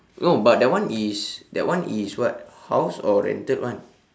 no but that one is that one is what house or rented one